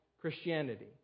Christianity